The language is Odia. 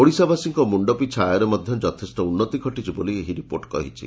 ଓଡ଼ିଶାବାସୀଙ୍କ ମୁଣ୍ଡପିଛା ଆୟରେ ମଧ୍ଧ ଯଥେଷ୍ ଉନୁତି ଘଟିଛି ବୋଲି ଏହି ରିପୋର୍ଟ କହିଛି